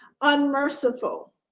unmerciful